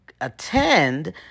attend